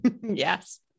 Yes